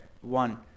One